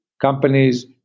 companies